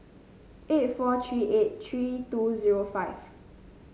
eight four three eight three two zero five